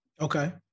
Okay